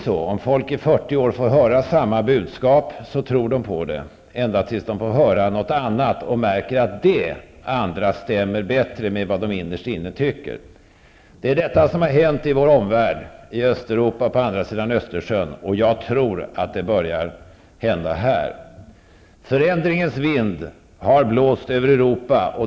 Om människor i 40 år får höra samma budskap, tror de på detsamma ända till dess att de hör något annat och märker att det andra stämmer bättre överens med vad de innerst inne tycker. Det är vad som har hänt i vår omvärld, i Östeuropa och i länderna på andra sidan av Östersjön. Jag tror att det börjar hända också här. Förändringens vind har blåst över Europa.